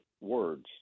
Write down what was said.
words